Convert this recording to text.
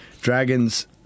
dragons